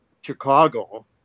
Chicago